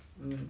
um